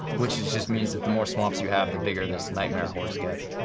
which just means that the more swamps you have, the bigger this nightmare horse gets,